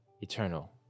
eternal